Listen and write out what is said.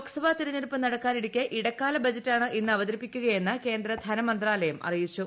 ലോക്സഭാ തെരഞ്ഞെടുപ്പ് നടക്കാനിരിക്കെ ഇടക്കാല ബജറ്റാണ് ഇന്ന് അവതരിപ്പിക്കുകയെന്ന് കേന്ദ്രധനമന്ത്രാലയം അറിയിച്ചു